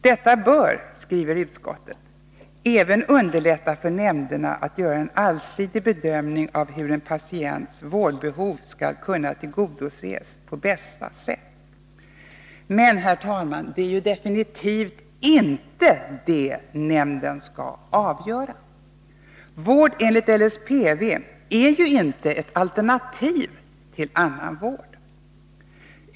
Utskottet skriver: ”Detta bör även underlätta för nämnderna att göra en allsidig bedömning av hur en patients vårdbehov skall kunna tillgodoses på bästa sätt.” Men det är ju definitivt inte det nämnden skall avgöra. Vård enligt LSPV är ju inte ett alternativ till annan vård.